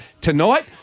tonight